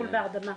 טיפול בהרדמה.